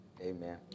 Amen